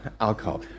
alcohol